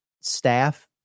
staff